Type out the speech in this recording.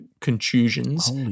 contusions